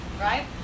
right